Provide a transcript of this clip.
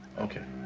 okay.